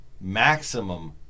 Maximum